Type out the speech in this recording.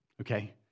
Okay